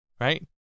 right